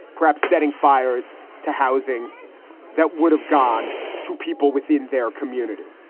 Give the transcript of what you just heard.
perhaps setting fires to housing that would have gone to people within their community.